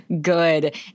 good